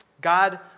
God